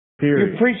period